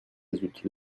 adultes